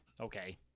Okay